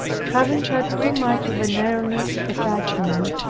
having had too much of an earnest attachment,